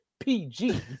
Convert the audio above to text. PG